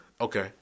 Okay